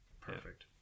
perfect